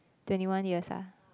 twenty one years ah